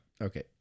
Okay